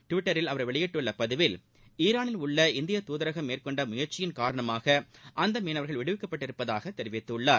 ட்விட்டரில் அவர் வெளியிட்டுள்ள பதிவில் ஈரானில் உள்ள இந்தியத் துதரகம் மேற்கொண்ட முயற்சியின் காரணமாக அந்த மீனவர்கள் விடுவிக்கப்பட்டுள்ளதாக தெரிவித்துள்ளார்